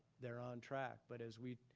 they're on track, but as we,